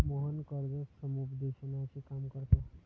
मोहन कर्ज समुपदेशनाचे काम करतो